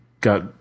got